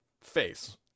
face